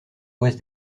ouest